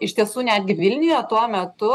iš tiesų netgi vilniuje tuo metu